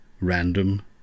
Random